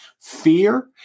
fear